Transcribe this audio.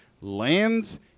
lands